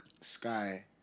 Sky